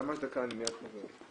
אני מיד חוזר.